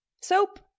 soap